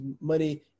money